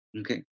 okay